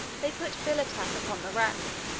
they put philotas upon the rack.